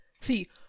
See